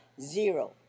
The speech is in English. Zero